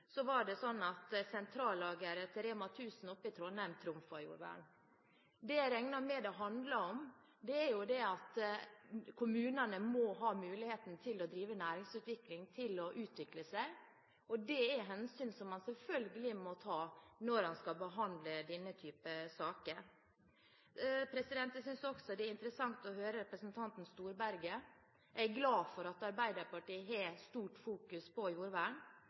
var det sånn at sentrallageret til Rema 1000 i Trondheim trumfet jordvern. Det jeg regner med det handler om, er det at kommunene må ha muligheten til å drive næringsutvikling og til å utvikle seg, og det er hensyn man selvfølgelig må ta når man skal behandle denne typen saker. Jeg synes også det er interessant å høre representanten Storberget. Jeg er glad for at Arbeiderpartiet fokuserer stort på jordvern. Vi vet at da de styrte alene på